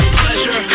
pleasure